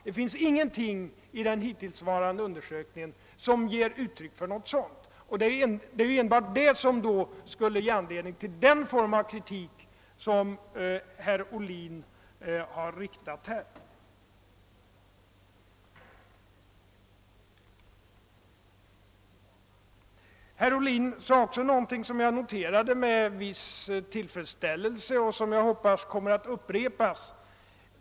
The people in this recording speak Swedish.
Det finns ingenting i den hittillsvarande undersökningen som visar något sådant, och det är enbart det som skulle kunna ge anledning till den form av kritik som herr Ohlin har framfört. Herr Ohlin sade också någonting som jag noterade med viss tillfredsställelse och som jag hoppas kommer att upprepas.